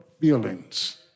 feelings